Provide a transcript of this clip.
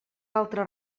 altre